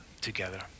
together